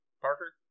Parker